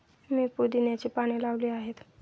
मी पुदिन्याची पाने लावली आहेत